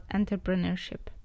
entrepreneurship